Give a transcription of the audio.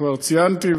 כבר ציינתי,